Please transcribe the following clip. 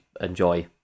enjoy